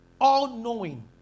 all-knowing